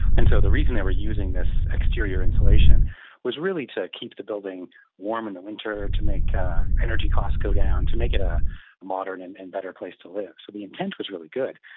and so the reason they were using this exterior insulation was really to keep the building warm in the winter, to make energy costs go down, to make it a modern and and better place to live. so the intent was really good.